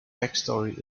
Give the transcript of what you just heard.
backstory